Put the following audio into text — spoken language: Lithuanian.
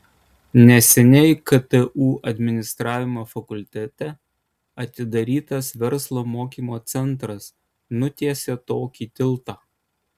neseniai ktu administravimo fakultete atidarytas verslo mokymo centras nutiesė tokį tiltą